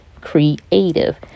creative